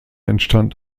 entstand